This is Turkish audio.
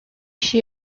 kişi